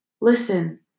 Listen